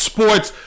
Sports